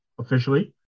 Officially